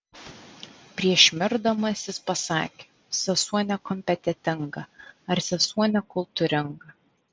prieš mirdamas jis pasakė sesuo nekompetentinga ar sesuo nekultūringa